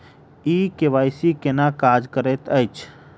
ई KYC केना काज करैत अछि?